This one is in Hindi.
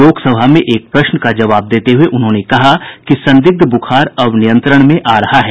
लोकसभा में एक प्रश्न का जवाब देते हुए उन्होंने कहा कि संदिग्ध ब्रुखार अब नियंत्रण में आ रहा है